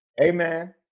Amen